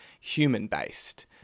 human-based